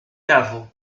caveau